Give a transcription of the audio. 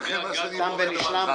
תם ונשלם,